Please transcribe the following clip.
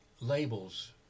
labels